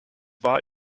war